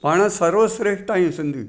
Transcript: पाण सर्व श्रेष्ट आहियूं सिंधी